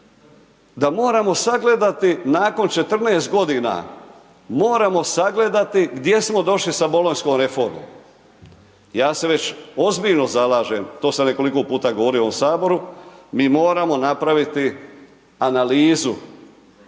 da moramo sagledati nakon 14 g., moramo sagledati gdje smo došli sa bolonjskom reformom. Ja se već ozbiljno zalažem, to sam nekoliko puta govorio u ovom Saboru, mi moramo napraviti analizu